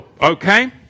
Okay